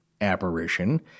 apparition